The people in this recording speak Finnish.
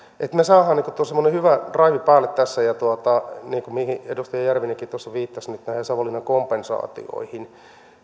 että me saamme semmoisen hyvän draivin päälle tässä edustaja järvinenkin viittasi nyt näihin savonlinnan kompensaatioihin